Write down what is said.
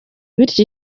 bityo